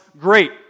great